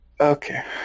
Okay